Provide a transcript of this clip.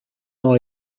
dans